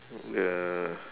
the